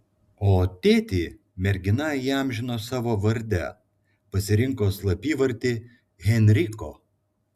o tėtį mergina įamžino savo varde pasirinko slapyvardį henriko